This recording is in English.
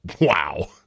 wow